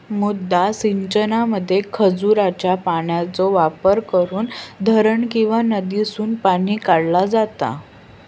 मुद्दा सिंचनामध्ये खजुराच्या पानांचो वापर करून धरण किंवा नदीसून पाणी काढला जाता